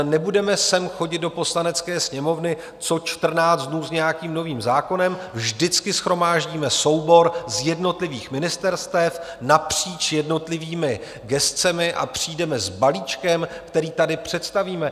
Nebudeme sem chodit do Poslanecké sněmovny co čtrnáct dnů s nějakým novým zákonem, vždycky shromáždíme soubor z jednotlivých ministerstev, napříč jednotlivými gescemi, a přijdeme s balíčkem, který tady představíme.